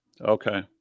Okay